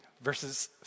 verses